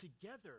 together